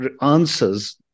answers